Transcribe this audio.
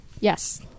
Yes